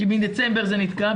כי מדצמבר זה נתקע,